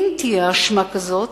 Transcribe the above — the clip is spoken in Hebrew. אם תהיה אשמה כזאת,